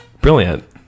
Brilliant